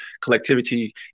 collectivity